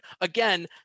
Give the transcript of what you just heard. Again